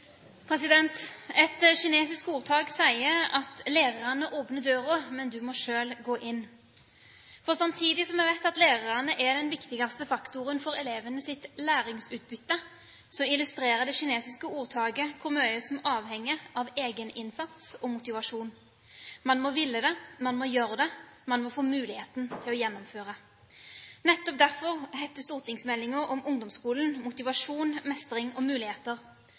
Et kinesisk ordtak sier: «Lærerne åpner døren, men du må selv gå inn.» Samtidig som vi vet at lærerne er den viktigste faktoren for elevenes læringsutbytte, illustrerer det kinesiske ordtaket hvor mye som avhenger av egeninnsats og motivasjon. Man må ville det. Man må gjøre det. Man må få muligheten til å gjennomføre. Nettopp derfor heter stortingsmeldingen om ungdomsskolen Motivasjon – Mestring – Muligheter.